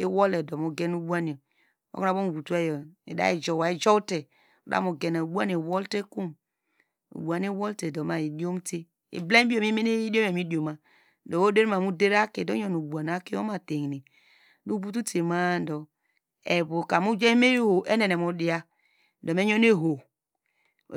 Iwoledo mugen ubowa yor okonu wabomu votowayor ida jowa, ijowte, udamu gena ubowayor iwolte kom ubowan iwolte do ma idiomta ibliany bibiyor mimeme akiyo okomu dioma evokam mujamu ivom enene mudiya, dome youn ehow,